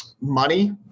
money